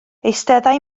eisteddai